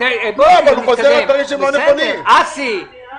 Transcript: אני לא נכנס עכשיו לעניין הזה.